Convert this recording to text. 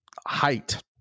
height